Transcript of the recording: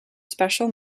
special